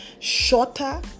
shorter